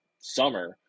summer